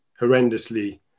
horrendously